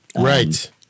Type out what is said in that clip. right